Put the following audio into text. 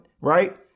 right